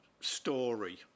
story